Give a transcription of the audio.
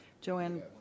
Joanne